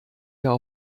jahr